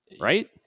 Right